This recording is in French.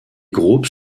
groupes